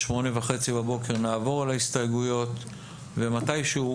בשעה 08:30 בבוקר אנחנו נעבור על ההסתייגויות ומתי שהוא,